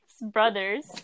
Brothers